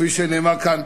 כפי שנאמר כאן,